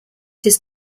his